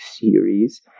series